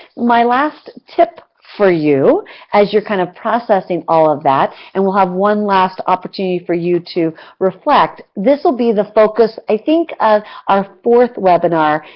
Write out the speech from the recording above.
my last tip for you as you're kind of processing all of that and we'll have one last opportunity for you to reflect. this will be the focus, i think our fourth webinar,